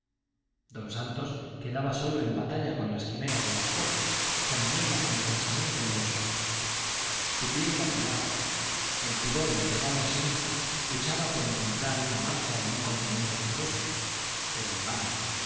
don santos quedaba solo en batalla con las quimeras del alcohol con nieblas en el pensamiento y en los ojos su pie vacilaba el pudor entregado a sí mismo luchaba por encontrar una marcha y un continente decoroso pero en vano un